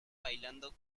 bailando